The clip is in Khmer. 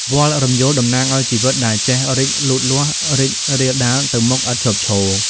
វល្លិ៍រំយោលតំណាងឱ្យជីវិតដែលចេះរីកលូតលាស់ រីករាលដាលទៅមុខឥតឈប់ឈរ។